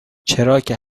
چراکه